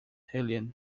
helium